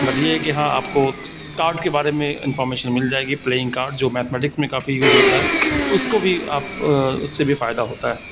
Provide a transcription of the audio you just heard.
but یہ ہے کہ ہاں آپ کو کارڈ کے بارے میں انفارمیشن مل جائے گی پلیئنگ کارڈ جو میتھمیٹکس میں کافی یوز ہوتا ہے اس کو بھی آپ اس سے بھی فائدہ ہوتا ہے